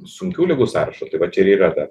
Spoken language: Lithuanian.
sunkių ligų sąrašo tai vat čia ir yra ta